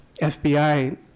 FBI